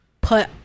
put